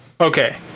Okay